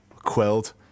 Quelled